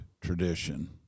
tradition